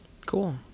cool